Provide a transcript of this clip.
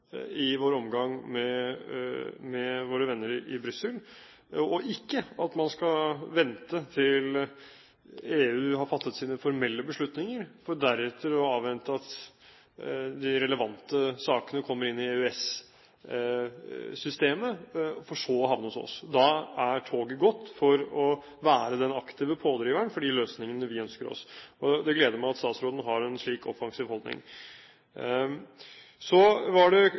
i vår omgang med våre venner i Brussel, og ikke at vi skal vente til EU har fattet sine formelle beslutninger for deretter å avvente at de relevante sakene kommer inn i EØS-systemet, for så å havne hos oss. Da er toget gått for å være den aktive pådriveren for de løsningene vi ønsker oss. Det gleder meg at statsråden har en slik offensiv holdning. Så var det